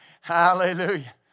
Hallelujah